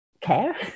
care